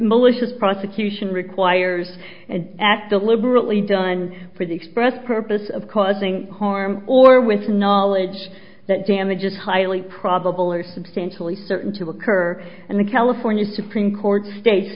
malicious prosecution requires an act deliberately done for the express purpose of causing harm or with knowledge that damage is highly probable or substantially certain to occur and the california supreme court states